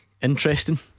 interesting